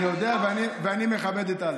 אתה, אני יודע, ואני מכבד את אלכס.